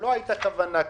לא הייתה כוונה,